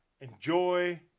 Enjoy